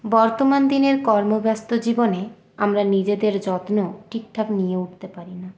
বর্তমান দিনের কর্মব্যস্ত জীবনে আমরা নিজেদের যত্ন ঠিকঠাক নিয়ে উঠতে পারি না